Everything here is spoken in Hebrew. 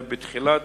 בתחילת,